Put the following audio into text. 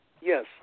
Yes